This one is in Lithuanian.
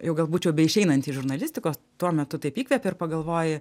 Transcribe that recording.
jau gal būčiau beišeinanti iš žurnalistikos tuo metu taip įkvėpė ir pagalvoji